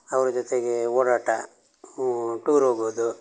ಅವ್ರ ಜೊತೆಗೆ ಓಡಾಟ ಹ್ಞೂಂ ಟೂರ್ ಹೋಗೋದು